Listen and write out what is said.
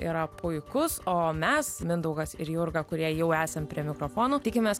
yra puikus o mes mindaugas ir jurga kurie jau esam prie mikrofonų tikimės